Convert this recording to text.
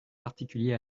particulier